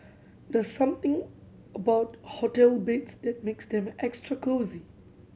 the something about hotel beds that makes them extra cosy